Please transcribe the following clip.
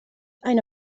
eine